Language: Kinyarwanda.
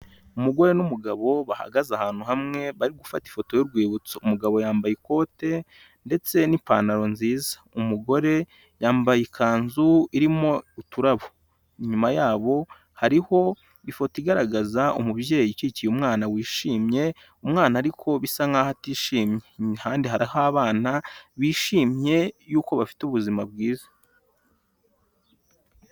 Umugore n'umugabo bahagaze ahantu hamwe bari gufata ifoto y'urwibutso, umugabo yambaye ikote ndetse n'ipantaro nziza, umugore yambaye ikanzu irimo uturabo, inyuma yabo hariho ifoto igaragaza umubyeyi ukikiye umwana wishimye, umwana ariko bisa nkaho atishimye, impande hariho abana bishimye yuko bafite ubuzima bwiza.